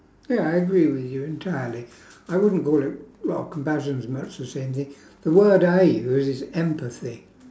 ya I agree with you entirely I wouldn't go like well compassion is much the same thing the word I use is empathy